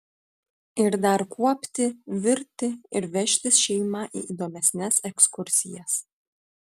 ir dar kuopti virti ir vežtis šeimą į įdomesnes ekskursijas